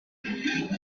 فکر